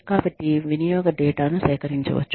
కాబట్టి వినియోగ డేటాను సేకరించవచ్చు